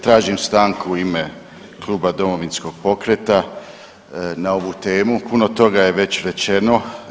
Tražim stanku u ime Kluba Domovinskog pokreta na ovu temu, puno toga je već rečeno.